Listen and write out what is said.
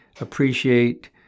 appreciate